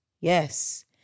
Yes